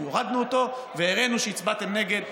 הורדנו אותו והראינו שהצבעתם נגד.